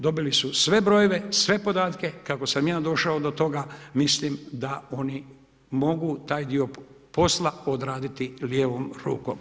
Dobili su sve brojeve, sve podatke, kako sam ja došao do toga, mislim da oni mogu taj dio posla odraditi lijevom rukom.